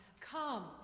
Come